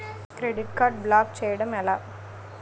Credit card block చేయడం ఎలా?